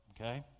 Okay